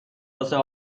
واسه